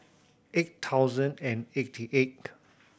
eight thousand and eighty eight